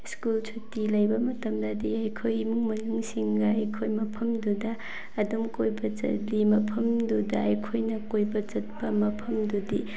school ꯁꯨꯇꯤ ꯂꯩꯕ ꯃꯇꯝꯗꯗꯤ ꯑꯩꯈꯣꯏ ꯏꯃꯨꯡ ꯃꯅꯨꯡꯁꯤꯡꯒ ꯑꯩꯈꯣꯏ ꯃꯐꯝꯗꯨꯗ ꯑꯗꯨꯝ ꯀꯣꯏꯕ ꯆꯠꯂꯤ ꯃꯐꯝꯗꯨꯗ ꯑꯩꯈꯣꯏꯅ ꯀꯣꯏꯕ ꯆꯠꯄ ꯃꯐꯝꯗꯨꯗꯤ